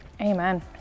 amen